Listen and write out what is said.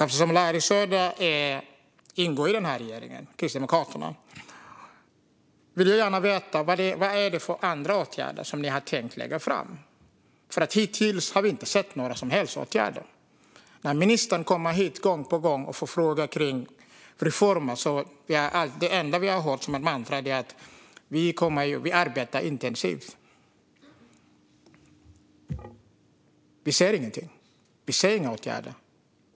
Eftersom Larry Söders parti, Kristdemokraterna, ingår i regeringen vill jag gärna få veta vilka andra åtgärder ni har tänkt lägga fram. Hittills har vi ju inte sett några som helst åtgärder. När ministern har varit här och svarat på frågor om reformer är det enda som upprepas som ett mantra att man arbetar intensivt. Men vi ser inga åtgärder.